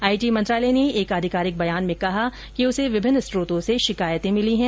IT मंत्रालय ने एक आधिकारिक बयान में कहा कि उसे विभिन्न स्रोतों से कई शिकायतें मिली है